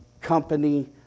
company